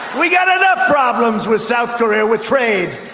we got enough problems with south korea with trade.